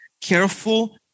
careful